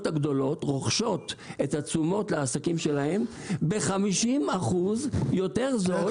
הגדולות רוכשות את התשומות לעסקים שלהן ב-50% יותר זול.